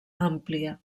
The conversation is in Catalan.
àmplia